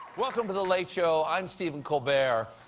welcome to the late show. i'm stephen colbert.